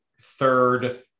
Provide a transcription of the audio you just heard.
third